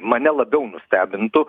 mane labiau nustebintų